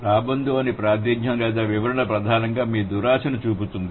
రాబందు అని ప్రాతినిధ్యం లేదా వివరణ ప్రధానంగా మీ దురాశను చూపుతుంది